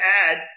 add